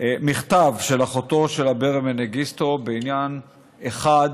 מכתב של אחותו של אברה מנגיסטו בעניין אחד,